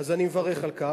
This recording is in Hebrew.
אז אני מברך על כך.